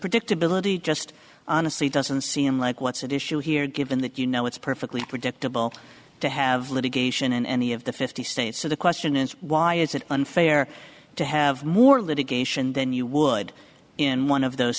predictability just honestly doesn't seem like what's at issue here given that you know it's perfectly predictable to have a geisha in any of the fifty states so the question is why is it unfair to have more litigation than you would in one of those